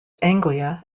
anglia